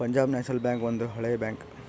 Punjab national bank ಒಂದು ಹಳೆ bank